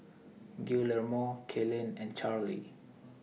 Guillermo Kaylen and Charlie